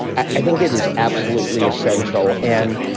i think it is absolutely essential. and,